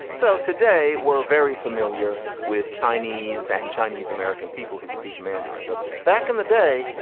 so today we're very familiar with chinese and chinese american people who speak mandarin. but back in the day,